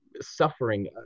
suffering